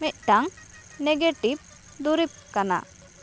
ᱢᱤᱫᱴᱟᱝ ᱱᱮᱜᱮᱴᱤᱵᱽ ᱫᱩᱨᱤᱵᱽ ᱠᱟᱱᱟ